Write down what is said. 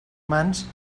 mans